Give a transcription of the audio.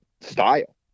style